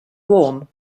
warm